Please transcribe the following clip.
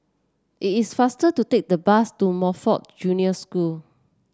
it is faster to take the bus to Montfort Junior School